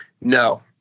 no